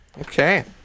Okay